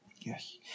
Yes